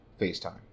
FaceTime